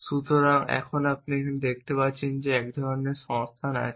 সুতরাং আপনি এখানে দেখতে পাচ্ছেন যে এক ধরণের সংস্থান আছে